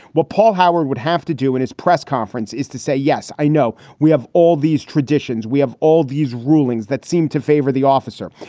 what paul howard would have to do in his press conference is to say, yes, i know we have all these traditions. we have all these rulings that seem to favor the officer.